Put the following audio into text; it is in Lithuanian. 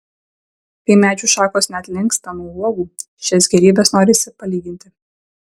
kai medžių šakos net linksta nuo uogų šias gėrybes norisi palyginti